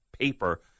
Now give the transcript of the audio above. paper